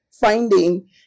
finding